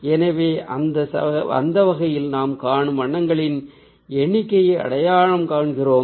எனவே அந்த வகையில் நாம் காணும் வண்ணங்களின் எண்ணிக்கையை அடையாளம் காண்கிறோம்